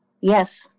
Yes